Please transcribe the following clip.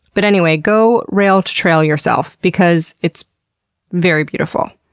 but anyway, go rail-to-trail yourself because it's very beautiful.